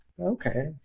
okay